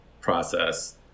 process